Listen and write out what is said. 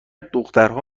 دخترها